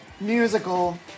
Musical